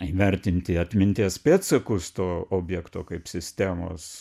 įvertinti atminties pėdsakus to objekto kaip sistemos